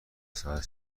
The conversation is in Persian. ساعت